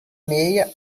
meia